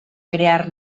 crear